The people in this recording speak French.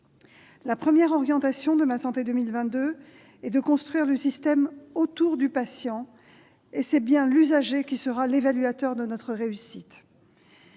La première orientation de Ma santé 2022 est de construire le système autour du patient, et c'est bien l'usager qui sera l'évaluateur de notre réussite.